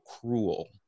cruel